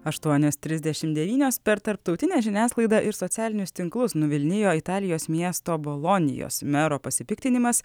aštuonios trisdešim devynios per tarptautinę žiniasklaidą ir socialinius tinklus nuvilnijo italijos miesto bolonijos mero pasipiktinimas